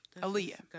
Aaliyah